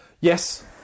Yes